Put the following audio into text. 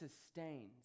sustains